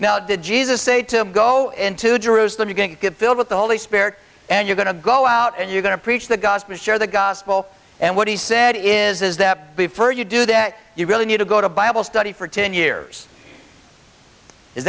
did jesus say to go into jerusalem you can get filled with the holy spirit and you're going to go out and you're going to preach the gospel to share the gospel and what he said is that before you do that you really need to go to bible study for ten years is